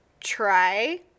try